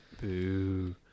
Boo